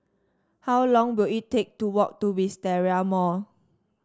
how long will it take to walk to Wisteria Mall